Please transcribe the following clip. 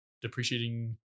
depreciating